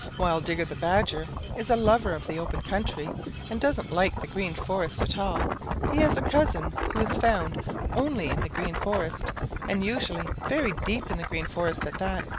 while digger the badger is a lover of the open country and doesn't like the green forest at all he has a cousin who is found only in the green forest and usually very deep in the green forest at that.